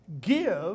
give